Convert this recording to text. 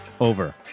over